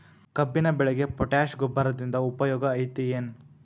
ಕಬ್ಬಿನ ಬೆಳೆಗೆ ಪೋಟ್ಯಾಶ ಗೊಬ್ಬರದಿಂದ ಉಪಯೋಗ ಐತಿ ಏನ್?